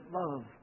love